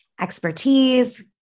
expertise